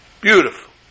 Beautiful